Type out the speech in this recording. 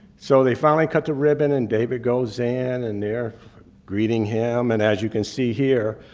so they finally cut the ribbon and david goes in and they're greeting him. and as you can see here,